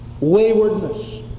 waywardness